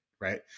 right